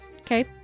Okay